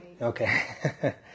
Okay